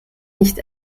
nicht